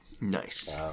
Nice